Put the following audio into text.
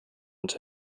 und